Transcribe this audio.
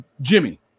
Jimmy